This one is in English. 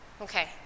Okay